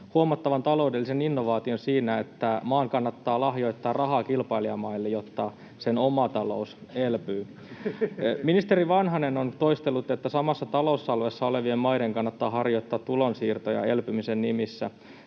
huomattavan taloudellisen innovaation siinä, että maan kannattaa lahjoittaa rahaa kilpailijamaille, jotta sen oma talous elpyy. Ministeri Vanhanen on toistellut, että samassa talousalueessa olevien maiden kannattaa harjoittaa tulonsiirtoja elpymisen nimissä.